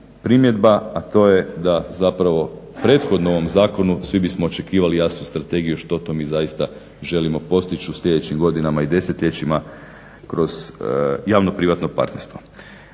primjedba, a to je da zapravo prethodno ovom zakonu svi bismo očekivali jasnu strategiju što to mi zaista želimo postići u sljedećim godinama i desetljećima kroz javno-privatno partnerstvo.